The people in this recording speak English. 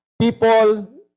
people